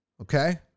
Okay